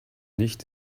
nicht